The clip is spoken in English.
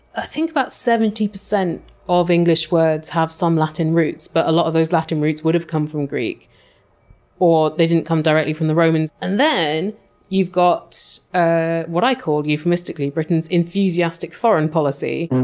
i think about seventy percent of english words have some latin roots, but a lot of those latin roots would've come from greek or they didn't come directly from the romans. and then you've got, ah what i call euphemistically, britain's enthusiastic foreign policy